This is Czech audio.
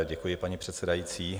Děkuji, paní předsedající.